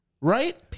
Right